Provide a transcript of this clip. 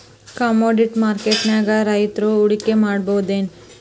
Commodity ಮಾರ್ಕೆಟ್ನ್ಯಾಗ್ ರೈತ್ರು ಹೂಡ್ಕಿ ಮಾಡ್ಬಹುದೇನ್?